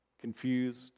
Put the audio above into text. Confused